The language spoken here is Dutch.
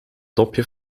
dopje